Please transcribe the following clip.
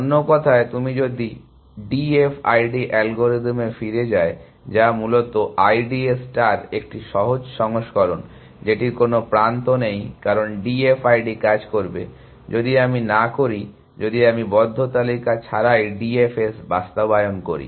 অন্য কথায় তুমি যদি D F I D অ্যালগরিদমে ফিরে যায় যা মূলত I D A ষ্টার একটি সহজ সংস্করণ যেটির কোনো প্রান্ত নেই কারণ D F I D কাজ করবে যদি আমি না করি যদি আমি বদ্ধ তালিকা ছাড়াই D F S বাস্তবায়ন করি